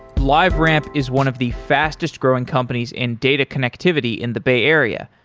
liveramp is one of the fastest-growing companies in data connectivity in the bay area.